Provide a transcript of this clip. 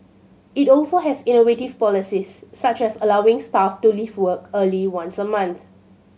it also has innovative policies such as allowing staff to leave work early once a month